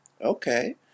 okay